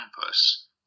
campus